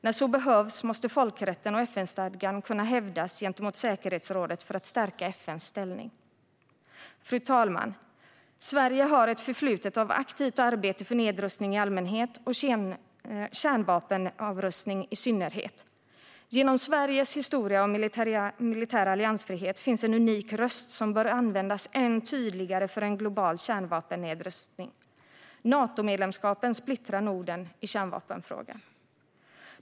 När så behövs måste folkrätten och FN-stadgan kunna hävdas gentemot säkerhetsrådet för att stärka FN:s ställning. Fru talman! Sverige har ett förflutet av aktivt arbete för nedrustning i allmänhet och kärnvapenavrustning i synnerhet. Genom Sveriges historia av militär alliansfrihet finns en unik röst som bör användas än tydligare för en global kärnvapennedrustning. Natomedlemskapen splittrar Norden i kärnvapenfrågan.